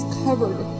covered